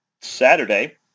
Saturday